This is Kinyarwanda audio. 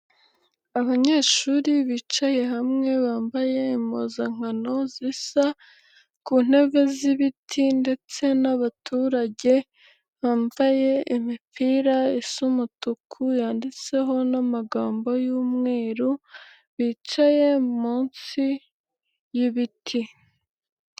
Abanyeshuri bicaye hamwe bambaye impuzankano zisa ku ntebe z'ibiti ndetse n'abaturage bambaye imipira isa umutuku yanditseho n'amagambo y'umweru bicaye munsi y'ibiti.